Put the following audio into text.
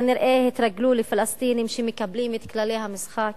כנראה התרגלו לפלסטינים שמקבלים את כללי המשחק.